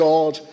God